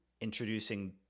introducing